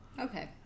Okay